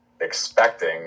expecting